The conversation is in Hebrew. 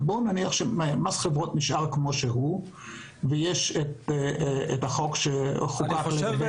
בואו נניח שמס חברות נשאר כמו שהוא ויש את החוק --- אני חושב,